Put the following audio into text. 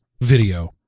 video